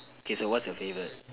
okay so what's your favourite